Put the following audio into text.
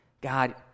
God